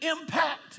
impact